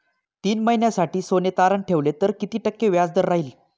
तीन महिन्यासाठी सोने तारण ठेवले तर किती टक्के व्याजदर राहिल?